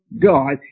God